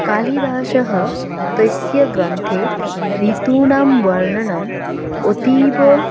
कालिदासः तस्य ग्रन्थे ऋतूणां वर्णनम् अतीव